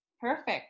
perfect